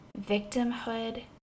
victimhood